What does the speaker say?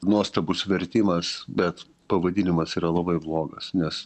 nuostabus vertimas bet pavadinimas yra labai blogas nes